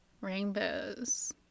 rainbows